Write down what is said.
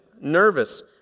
nervous